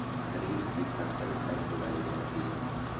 खरीफ की फसल कब उगाई जाती है?